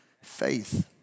Faith